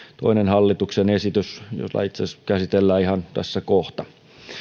toinen hallituksen esitys jota itse asiassa käsitellään ihan tässä kohta